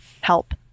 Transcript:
help